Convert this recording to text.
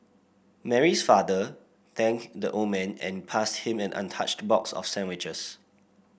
Mary's father thanked the old man and passed him an untouched box of sandwiches